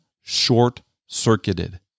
short-circuited